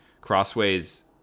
Crossways